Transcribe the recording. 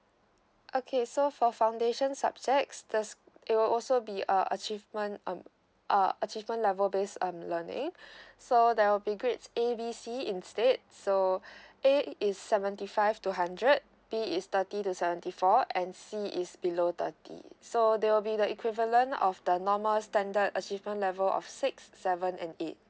okay so for foundation subjects the s~ it will also be a achievement um uh achievement level based on learning so there will be grades A B C instead so A is seventy five two hundred B is thirty to seventy four and C is below thirty so they will be the equivalent of the normal standard achievement level of six seven and eight